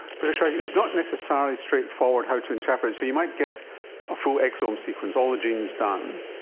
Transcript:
but chirag, it's not necessarily straightforward how to interpret it. so you might get a full exome sequence, all the genes done,